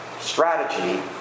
strategy